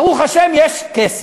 ברוך השם יש כסף.